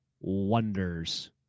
wonders